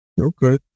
okay